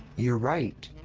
you're right.